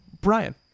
Brian